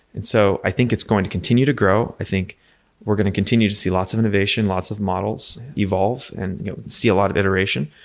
and so, i think it's going to continue to grow. i think we're going to continue to see lots of innovation, lots of models evolve and see a lot of iteration.